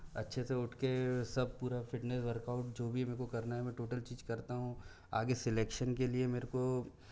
अच्छे से उठके सब पूरा फिटनेस वर्कआउट जो भी मेरे को करना हैं मैं टोटल चीज़ करता हूँ आगे सेलेक्शन के लिए मेरे को